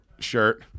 shirt